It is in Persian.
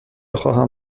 خواهم